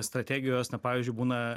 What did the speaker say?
strategijos na pavyzdžiui būna